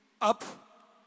Up